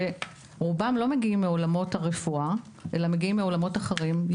שרובם לא מגיעים מעולמות הרפואה אלא מעולמות אחרים,